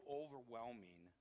overwhelming